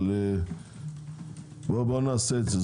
אבל בואו נעשה את זה.